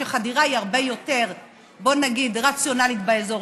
חדירה היא הרבה יותר רציונלית באזור